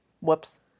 Whoops